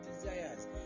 desires